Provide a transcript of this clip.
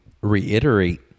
reiterate